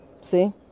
See